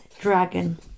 dragon